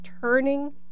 turning